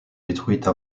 détruites